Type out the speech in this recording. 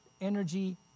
energy